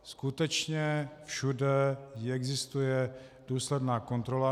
Skutečně všude existuje důsledná kontrola.